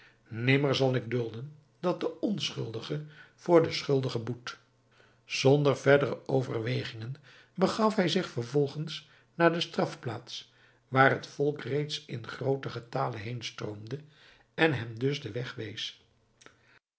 nimmer zal ik dulden dat de onschuldige voor den schuldige boet zonder verdere overwegingen begaf hij zich vervolgens naar de strafplaats waar het volk reeds in grooten getale heen stroomde en hem dus den